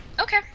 Okay